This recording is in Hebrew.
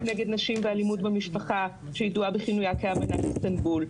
נגד נשים ואלימות במשפחה שידועה בכינויה כאמנת איסטנבול,